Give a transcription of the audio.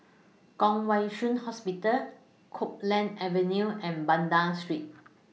Kwong Wai Shiu Hospital Copeland Avenue and Banda Street